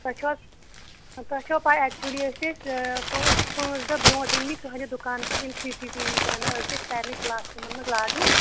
تۄہہِ چھُو حظ تۄہہِ چھوا پاے ایکچؤلی ٲسۍ اَسہِ پانژھ دۄہ برونٹھ أنۍ مٕتۍ تٕہندِ دُکان پٮ۪ٹھٕ یِم C C T V camera ٲسۍ اَسہِ سارنٕے کلاس روٗمَن مَنٛز لاگٕنۍ